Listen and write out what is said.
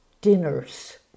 dinners